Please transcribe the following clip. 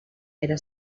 era